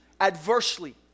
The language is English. adversely